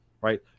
right